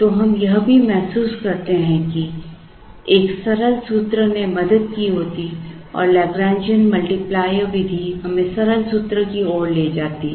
तो हम यह भी महसूस करते हैं कि एक सरल सूत्र ने मदद की होती और लैग्रेंजियन मल्टीप्लायर विधि हमें सरल सूत्र की ओर ले जाती है